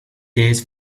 days